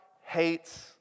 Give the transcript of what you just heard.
hates